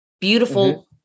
beautiful